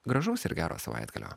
gražaus ir gero savaitgalio